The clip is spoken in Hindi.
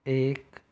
एक